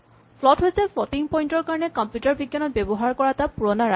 float হৈছে floating point ৰ কাৰণে কম্পিউটাৰ বিজ্ঞানত ব্যৱহাৰ কৰা এটা পুৰণা ৰাশি